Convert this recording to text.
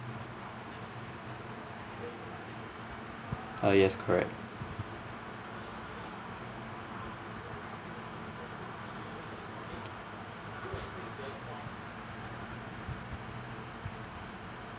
uh yes correct